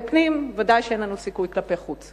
בוודאי שאין לנו סיכוי כלפי חוץ.